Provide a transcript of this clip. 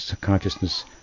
consciousness